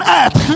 earth